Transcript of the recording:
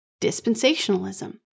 dispensationalism